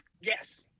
yes